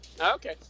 Okay